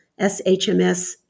SHMS